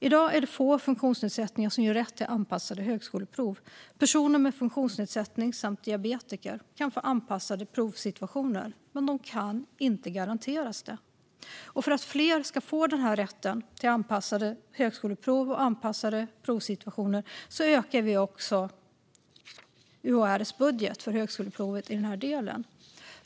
I dag är det få funktionsnedsättningar som ger rätt till anpassade högskoleprov. Personer med funktionsnedsättning och diabetiker kan få anpassade provsituationer, men de kan inte garanteras detta. För att fler ska få rätt till anpassade högskoleprov och anpassade provsituationer ökar vi också UHR:s budget för högskoleprovet i denna del.